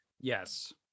Yes